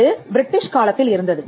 இது பிரிட்டிஷ் காலத்தில் இருந்தது